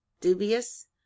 dubious